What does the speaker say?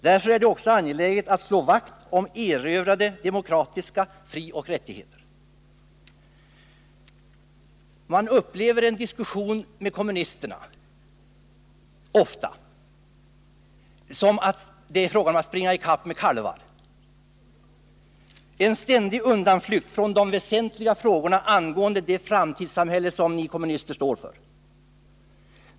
Därför är det också angeläget att slå vakt om erövrade demokratiska frioch rättigheter.” Man upplever ofta en diskussion med kommunisterna som att det är fråga om att springa i kapp med kalvar. Ni flyr ständigt undan från de väsentliga frågorna om det framtidssamhälle som ni står för.